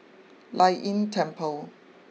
Lei Yin Temple